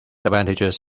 advantages